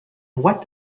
what